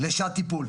לשעת טיפול.